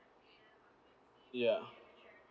ya